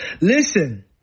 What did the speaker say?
Listen